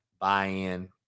buy-in